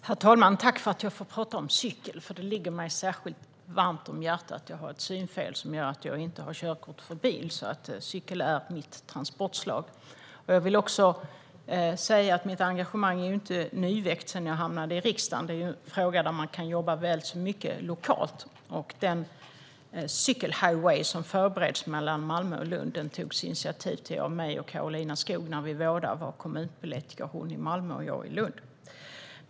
Herr talman! Tack för att jag får prata om cykel! Det ligger mig särskilt varmt om hjärtat. Jag har ett synfel som gör att jag inte har körkort för bil, så cykel är mitt transportslag. Mitt engagemang är inte nyväckt sedan jag hamnade i riksdagen. Det är en fråga som man kan jobba väl så mycket med lokalt. Den cykelhighway som förbereds mellan Malmö och Lund tog jag och Karolina Skog initiativ till när vi båda var kommunpolitiker, hon i Malmö och jag i Lund.